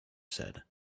said